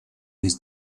his